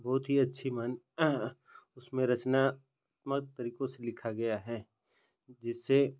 बहुत ही अच्छी मन उसमें रचना बहुत तरीकों से लिखा गया है जिससे